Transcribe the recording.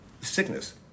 sickness